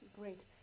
great